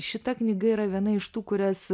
šita knyga yra viena iš tų kurias